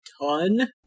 ton